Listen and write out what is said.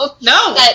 No